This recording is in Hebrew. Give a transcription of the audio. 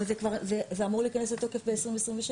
אבל זה כבר, זה אמור להיכנס לתוקף ב-2026.